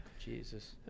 Jesus